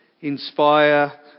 inspire